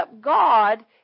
God